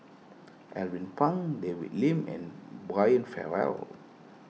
Alvin Pang David Lim and Brian Farrell